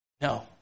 No